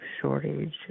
shortage